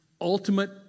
ultimate